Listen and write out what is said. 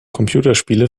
computerspiele